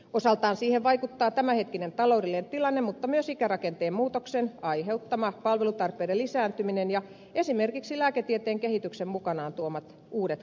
osaltaan siihen vaikuttaa tämänhetkinen taloudellinen tilanne mutta myös ikärakenteen muutoksen aiheuttama palvelutarpeiden lisääntyminen ja esimerkiksi lääketieteen kehityksen mukanaan tuomat uudet kalliit hoidot